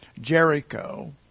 Jericho